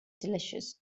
delicious